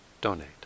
donate